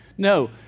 No